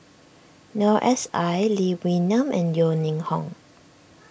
Noor S I Lee Wee Nam and Yeo Ning Hong